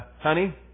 honey